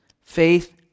faith